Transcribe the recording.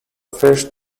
first